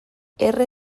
erre